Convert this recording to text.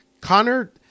Connor